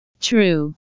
True